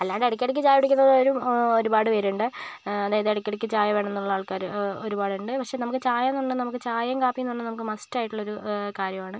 അല്ലാണ്ട് ഇടക്ക് ഇടക്ക് ചായ കുടിക്കുന്ന ഒരുപാട് പേരുണ്ട് അതായത് ഇടക്ക് ഇടക്ക് ചായ വേണമെന്നുള്ള ആൾക്കാർ ഒരുപാട് ഉണ്ട് പക്ഷെ നമുക്ക് ചായ എന്ന് പറഞ്ഞാൽ നമുക്ക് ചായയും കാപ്പിയും തന്നെ നമുക്ക് മസ്റ്റ് ആയിട്ടുള്ള ഒരു കാര്യമാണ്